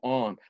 on